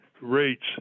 rates